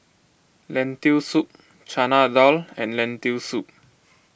Lentil Soup Chana Dal and Lentil Soup